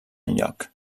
enlloc